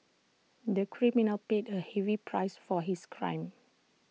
the criminal paid A heavy price for his crime